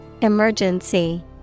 Emergency